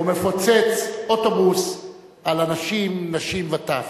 או מפוצץ אוטובוס על אנשים, נשים וטף.